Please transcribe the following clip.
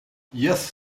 yes